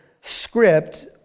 script